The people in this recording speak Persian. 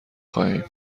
خواهیم